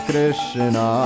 Krishna